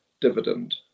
dividend